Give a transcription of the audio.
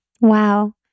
wow